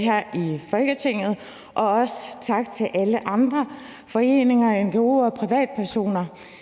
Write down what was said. her i Folketinget, og også tak til alle andre foreninger, ngo'er, privatpersoner,